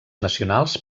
nacionals